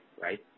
right